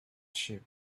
sheep